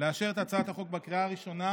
לאשר את הצעת החוק בקריאה הראשונה